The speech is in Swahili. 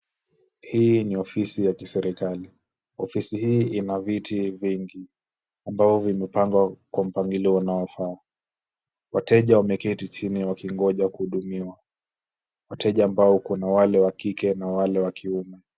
Hii ni ofisi ya kiserikali, ofisi hii ina viti vingi ambavyo vimepangwa kwa mpangilio unaofaa. Wateja wameketi chini wakingoja kuhudumiwa. Wateja ambao kuna wale wa kike na wale wa kiume.